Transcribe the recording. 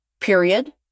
period